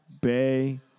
Bay